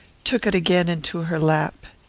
took it again into her lap.